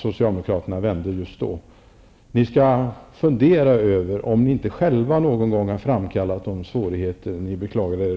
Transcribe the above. Socialdemokraterna skall fundera över om de inte själva någon gång har framkallat de svårigheter som de beklagar.